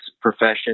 profession